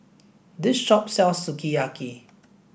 this shop sells Sukiyaki